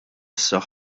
issa